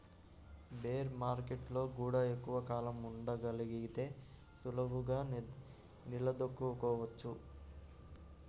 bear మార్కెట్టులో గూడా ఎక్కువ కాలం ఉండగలిగితే సులువుగా నిలదొక్కుకోవచ్చు